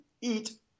eat